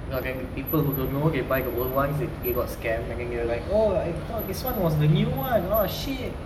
now then the people who don't know they buy the old [one] they got scam and then they like oo I thought this was the new [one] ah shit